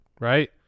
right